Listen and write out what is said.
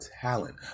talent